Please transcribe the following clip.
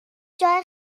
جای